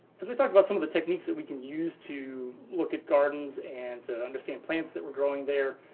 as we talk about some of the techniques that we can use to look at gardens and to understand plants that were growing there,